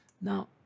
Now